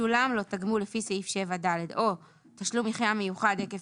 שולם לו תגמול לפי סעיף 7ד או תשלום מחיה מיוחד עקב